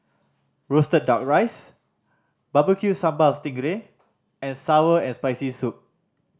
roasted Duck Rice Barbecue Sambal sting ray and sour and Spicy Soup